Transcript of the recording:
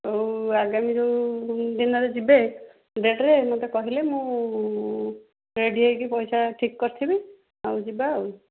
ହଉ ଆଗାମୀ ଯେଉଁ ଦିନରେ ଯିବେ ଡେଟ୍ରେ ମତେ କହିଲେ ମୁଁ ରେଡ଼ି ହେଇକି ପଇସା ଠିକ୍ କରିଥିବି ଆଉ ଯିବା ଆଉ